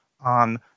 on